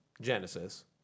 Genesis